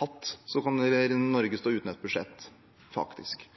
hatt, kommer Norge til å stå uten et budsjett, faktisk.